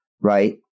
right